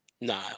No